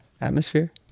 atmosphere